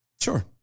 Sure